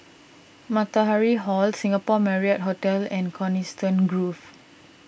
Matahari Hall Singapore Marriott Hotel and Coniston Grove